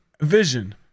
vision